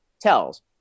tells